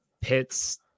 pits